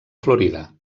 florida